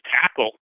tackle